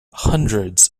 hundreds